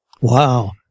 Wow